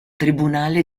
tribunale